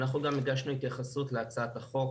אנחנו גם הגשנו התייחסות להצעת החוק